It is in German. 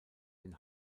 den